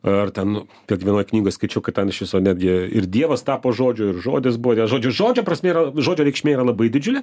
ar ten kad vienoj knygoj skaičiau kad ten iš viso netgi ir dievas tapo žodžiu ir žodis buvo nes žodžiu žodžio prasmė yra žodžio reikšmė yra labai didžiulė